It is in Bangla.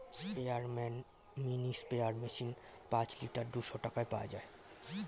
স্পেয়ারম্যান মিনি স্প্রেয়ার মেশিন পাঁচ লিটার দুইশো টাকায় পাওয়া যায়